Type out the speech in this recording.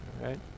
Right